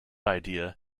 idea